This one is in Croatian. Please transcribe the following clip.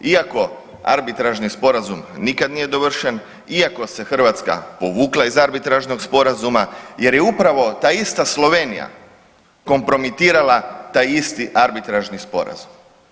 iako arbitražni sporazum nikad nije dovršen, iako se Hrvatska povukla iz arbitražnog sporazuma jer je upravo ta ista Slovenija kompromitirala taj isti arbitražni sporazum.